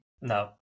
No